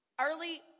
Early